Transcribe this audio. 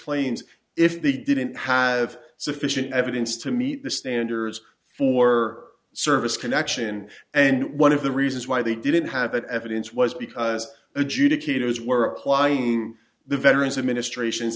claims if they didn't have sufficient evidence to meet the standards for service connection and one of the reasons why they didn't have that evidence was because the juda cato's were applying the veterans administration